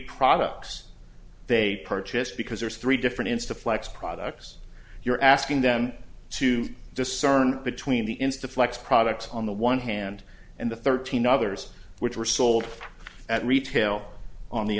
products they purchased because there's three different insta flex products you're asking them to discern between the insta flex products on the one hand and the thirteen others which were sold at retail on the